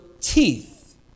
teeth